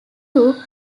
too